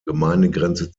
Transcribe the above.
gemeindegrenze